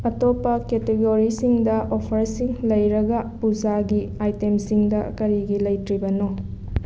ꯑꯇꯣꯞꯄ ꯀꯦꯇꯦꯒꯣꯔꯤꯁꯤꯡꯗ ꯑꯣꯐꯔꯁꯤꯡ ꯂꯩꯔꯒ ꯄꯨꯖꯥꯒꯤ ꯑꯥꯏꯇꯦꯝꯁꯤꯡꯗ ꯀꯔꯤꯒꯤ ꯂꯩꯇ꯭ꯔꯤꯕꯅꯣ